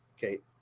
Kate